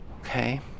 okay